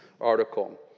article